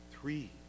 Three